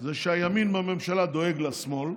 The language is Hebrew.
היא שהימין בממשלה דואג לשמאל,